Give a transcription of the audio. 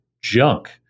junk